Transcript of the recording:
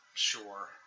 Sure